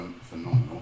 phenomenal